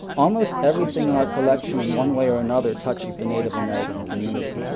almost everything in our collection in one way or another touches the native american community.